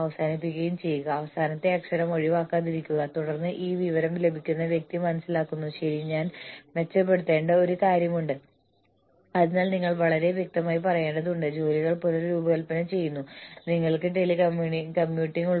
corporate wide പ്ലാനുകൾ നിങ്ങൾക്ക് പ്രതിഫലം ലഭിക്കുന്ന പ്ലാനുകളാണ് അവിടെ നിങ്ങൾ കോർപ്പറേഷന്റെ മുഴുവൻ പ്രകടനത്തെയും അടിസ്ഥാനമാക്കി ജീവനക്കാർക്ക് പ്രതിഫലം നൽകുന്നു